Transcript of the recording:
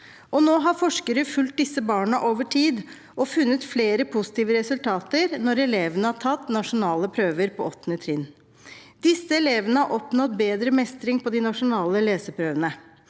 Nå har forskere fulgt disse barna over tid og funnet flere positive resultater når elevene har tatt nasjonale prøver på 8. trinn. Disse elevene har oppnådd bedre mestring på de nasjonale leseprøvene.